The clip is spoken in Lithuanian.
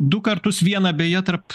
du kartus vieną beje tarp